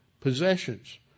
possessions